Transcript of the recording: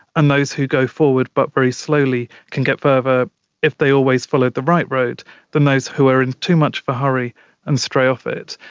and those who go forward but very slowly can get further if they always follow the right road than those who are in too much of a hurry and stray off it.